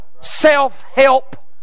self-help